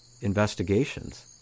investigations